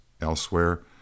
Elsewhere